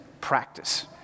practice